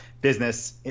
business